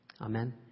Amen